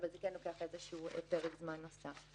אבל זה כן לוקח איזשהו פרק זמן נוסף.